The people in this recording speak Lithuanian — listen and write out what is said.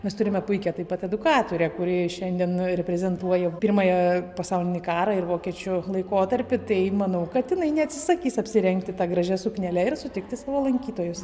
mes turime puikią taip pat edukatorę kuri šiandien reprezentuoja pirmąją pasaulinį karą ir vokiečių laikotarpį tai manau kad jinai neatsisakys apsirengti ta gražia suknele ir sutikti savo lankytojus